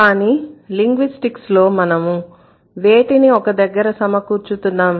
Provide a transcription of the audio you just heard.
కానీ లింగ్విస్టిక్స్ లో మనము వేటిని ఒక దగ్గర సమకూర్చుతున్నాం